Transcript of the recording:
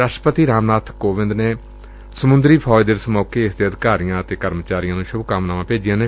ਰਾਸ਼ਟਰਪਤੀ ਰਾਮ ਨਾਬ ਕੋਵਿੰਦ ਨੇ ਸਮੁੰਦਰੀ ਫੌਜ ਦਿਵਸ ਮੌਕੇ ਇਸ ਦੇ ਅਧਿਕਾਰੀਆਂ ਅਤੇ ਕਰਮਚਾਰੀਆ ਨੂੰ ਸੂਭ ਕਾਮਨਾਵਾਂ ਭੇਜੀਆਂ ਨੇ